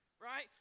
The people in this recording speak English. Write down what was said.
Right